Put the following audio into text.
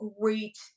great